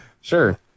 Sure